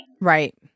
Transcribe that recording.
Right